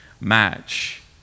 match